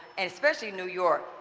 and especially new york,